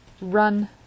run